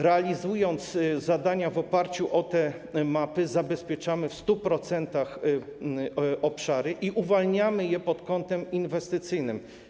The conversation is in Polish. Realizując zadania w oparciu o te mapy, zabezpieczamy w 100% obszary i uwalniamy je pod kątem inwestycyjnym.